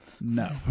No